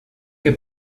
que